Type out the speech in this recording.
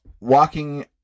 Walking